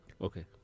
okay